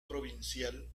provincial